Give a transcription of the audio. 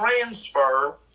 transfer